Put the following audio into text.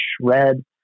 shred